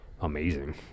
amazing